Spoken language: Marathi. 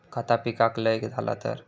खता पिकाक लय झाला तर?